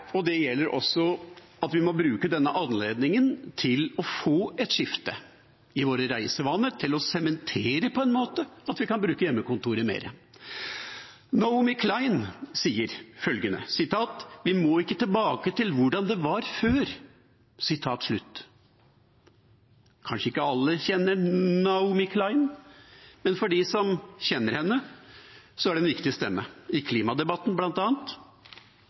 og det gjelder at vi må bruke denne anledningen til å få et skifte i våre reisevaner, til på en måte å sementere at vi kan bruke hjemmekontoret mer. Naomi Klein sier: Vi må ikke tilbake til hvordan det var før. Kanskje ikke alle kjenner Naomi Klein, men for dem som kjenner henne, er det en viktig stemme i klimadebatten